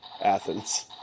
Athens